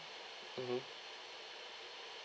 mmhmm